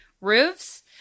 roofs